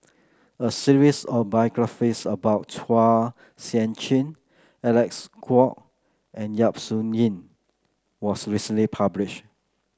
a series of biographies about Chua Sian Chin Alec Kuok and Yap Su Yin was recently published